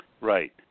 Right